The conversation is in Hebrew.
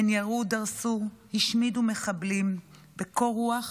הן ירו, דרסו והשמידו מחבלים בקור רוח